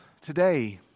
today